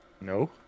No